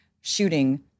shooting